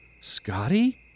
Scotty